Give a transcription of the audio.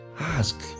Ask